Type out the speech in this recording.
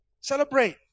Celebrate